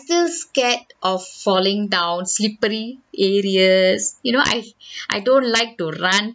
still scared of falling down slippery areas you know I I don't like to run